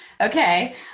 Okay